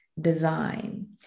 design